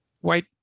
white